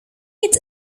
its